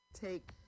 Take